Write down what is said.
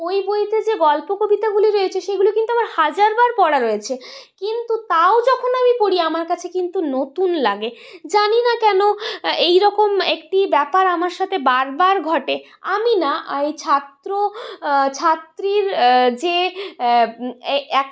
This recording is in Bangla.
ওই বইতে যে গল্প কবিতাগুলি রয়েছে সেইগুলো কিন্তু আমার হাজার বার পড়া রয়েছে কিন্তু তাও যখন আমি পড়ি আমার কাছে কিন্তু নতুন লাগে জানি না কেন এইরকম একটি ব্যাপার আমার সাথে বারবার ঘটে আমি না এই ছাত্র ছাত্রীর যে এক